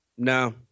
No